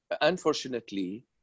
unfortunately